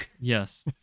Yes